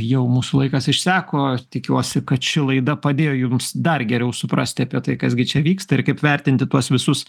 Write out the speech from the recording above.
jau mūsų laikas išseko tikiuosi kad ši laida padėjo jums dar geriau suprasti apie tai kas gi čia vyksta ir kaip vertinti tuos visus